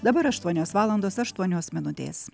dabar aštuonios valandos aštuonios minutės